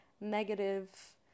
negative